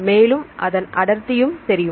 மேலும் அதன் அடர்த்தியும் தெரியும்